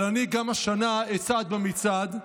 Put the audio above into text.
אבל אני גם השנה אצעד במצעד,